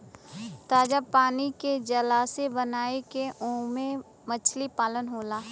ताजा पानी के जलाशय बनाई के ओमे मछली पालन होला